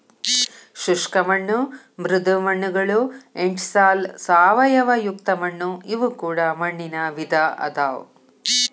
ಶುಷ್ಕ ಮಣ್ಣು ಮೃದು ಮಣ್ಣುಗಳು ಎಂಟಿಸಾಲ್ ಸಾವಯವಯುಕ್ತ ಮಣ್ಣು ಇವು ಕೂಡ ಮಣ್ಣಿನ ವಿಧ ಅದಾವು